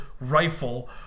rifle